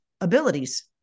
abilities